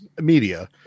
media